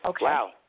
Wow